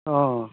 অঁ